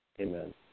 Amen